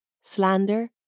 slander